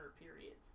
periods